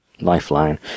Lifeline